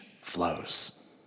flows